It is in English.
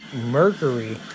Mercury